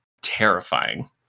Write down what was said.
terrifying